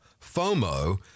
FOMO